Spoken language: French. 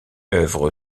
œuvre